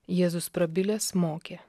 jėzus prabilęs mokė